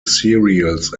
cereals